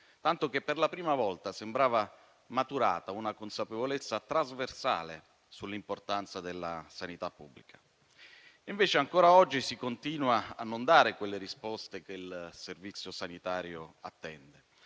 tanto che per la prima volta sembrava maturata una consapevolezza trasversale sull'importanza della sanità pubblica; invece, ancora oggi si continua a non dare le risposte che il servizio sanitario attende,